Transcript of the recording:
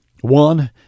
one